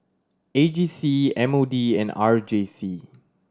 A J C M O D and R J C